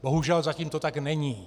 Bohužel zatím to tak není.